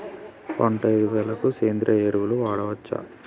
పంట ఎదుగుదలకి సేంద్రీయ ఎరువులు వాడచ్చా?